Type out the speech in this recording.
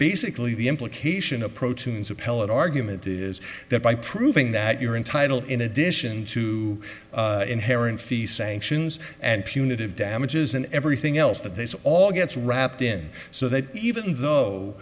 basically the implication of proteins appellate argument is that by proving that you're entitled in addition to inherent fee sanctions and punitive damages and everything else that this all gets wrapped in so that even though